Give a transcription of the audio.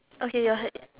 okay your